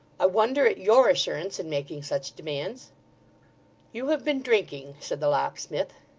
i wonder at your assurance in making such demands you have been drinking said the locksmith.